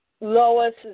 Lois